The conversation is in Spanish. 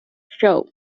show